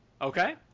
Okay